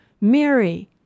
Mary